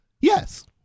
Yes